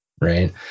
Right